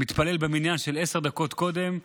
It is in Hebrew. מתפלל במניין של עשר דקות קודם,